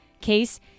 case